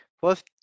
First